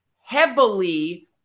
heavily